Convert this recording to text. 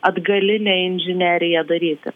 atgalinę inžineriją daryti